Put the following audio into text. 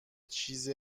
چیز